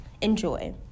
Enjoy